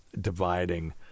dividing